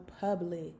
public